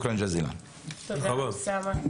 תודה רבה.